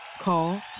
Call